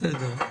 בסדר.